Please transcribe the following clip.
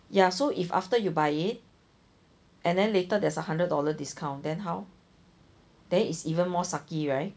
ya so if after you buy it and then later there's a hundred dollars discount then how then it's even more sucky right